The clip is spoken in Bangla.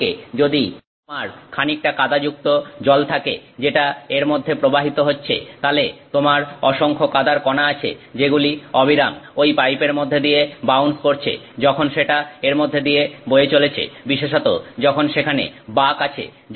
অন্যদিকে যদি তোমার খানিকটা কাদাযুক্ত জল থাকে যেটা এর মধ্যে প্রবাহিত হচ্ছে তালে তোমার অসংখ্য কাদার কনা আছে যেগুলি অবিরাম ওই পাইপের মধ্যে দিয়ে বাউন্স করছে যখন সেটা এর মধ্যে দিয়ে বয়ে চলেছে বিশেষত যখন সেখানে বাক আছে